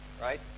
right